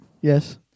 Yes